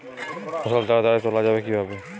ফসল তাড়াতাড়ি তোলা যাবে কিভাবে?